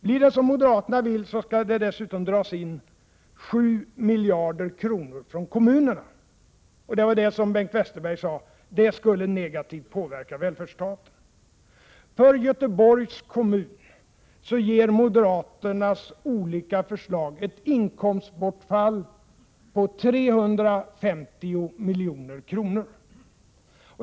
Blir det som moderaterna vill, skall det dessutom dras in 7 miljarder kronor från kommunerna. Det var om det som Bengt Westerberg sade att det skulle påverka välfärdsstaten negativt. För Göteborgs kommun ger moderaternas olika förslag ett inkomstbortfall på 350 milj.kr.